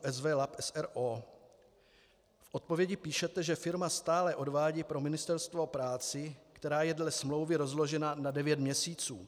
V odpovědi píšete, že firma stále odvádí pro ministerstvo práci, která je dle smlouvy rozložena na devět měsíců.